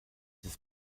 des